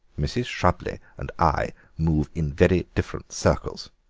mrs. shrubley and i move in very different circles,